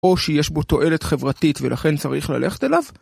או שיש בו תועלת חברתית ולכן צריך ללכת אליו?